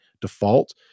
default